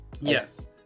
Yes